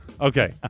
Okay